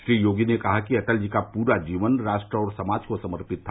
श्री योगी ने कहा कि अटल जी का पूरा जीवन राष्ट्र और समाज को समर्पित था